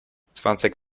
zwanzig